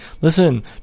Listen